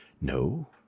No